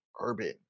urban